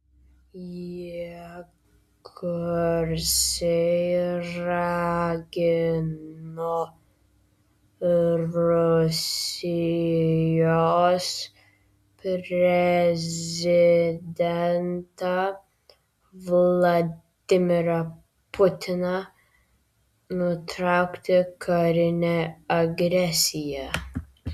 jie garsiai ragino rusijos prezidentą vladimirą putiną nutraukti karinę agresiją